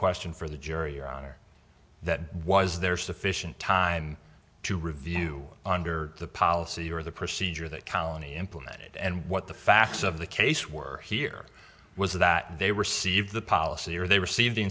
question for the jury your honor that was there sufficient time to review under the policy or the procedure that county implemented and what the facts of the case were here was that they received the policy or they received the